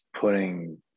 putting